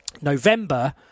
November